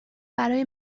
برای